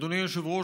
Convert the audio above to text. אדוני היושב-ראש,